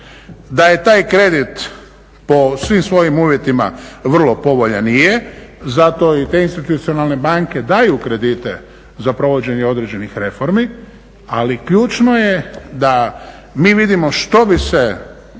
Da je taj kredit po svim svojim uvjetima vrlo povoljan i je, zato i te institucionalne banke daju kredite za provođenje određenih reformi. Ali ključno je da mi vidimo što bi se,